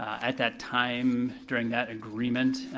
at that time, during that agreement,